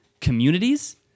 communities